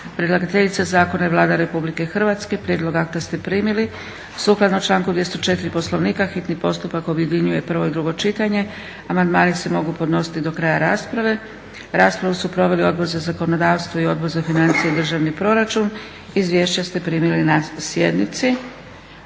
Predlagateljica zakona je Vlada Republike Hrvatske. Prijedlog akta ste primili. Sukladno članku 204. Poslovnika hitni postupak objedinjuje prvo i drugo čitanje. Amandmani se mogu podnositi do kraja rasprave. Raspravu su proveli Odbora za zakonodavstvo i Odbor za financije i državni proračun Izvješća ste primili na sjednici.